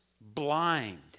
blind